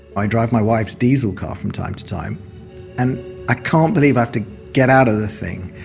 i drive my wife's diesel car from time to time and i can't believe i have to get out of the thing,